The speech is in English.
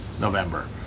November